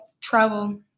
travel